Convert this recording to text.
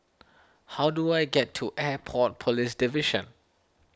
how do I get to Airport Police Division